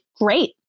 great